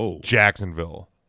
Jacksonville